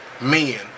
Men